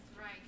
right